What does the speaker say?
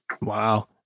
Wow